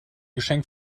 geschenk